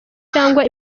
cyangwa